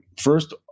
first